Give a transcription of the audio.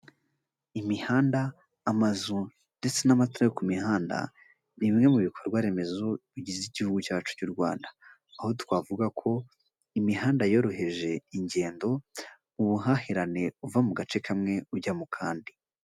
Imihanda, amazu ndetse n'amatara yo ku mihanda ni bimwe mu bikorwa remezo bigize igihugu cyacu cy'u Rwanda, aho twavuga ko imihanda yoroheje ingendo ubuhahirane uva mu gace kamwe ujya mu kandi.